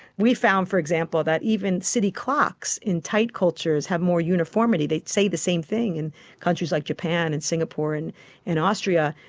we found, for example, that even city clocks in tight cultures have more uniformity, they say the same thing in countries like japan and singapore and austria,